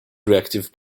reactive